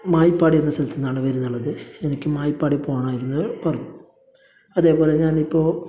മായിപ്പാടി എന്ന സ്ഥലത്ത് നിന്നാണ് വരുന്നുള്ളത് എനിക്ക് മായിപ്പാടിയിൽ പോകണമായിരുന്നു പറഞ്ഞു അതേ പോലെ ഞാൻ ഇപ്പോൾ